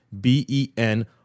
B-E-N